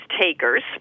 takers